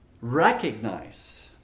recognize